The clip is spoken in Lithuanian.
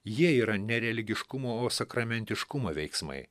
jie yra ne religiškumo o sakramentiškumo veiksmai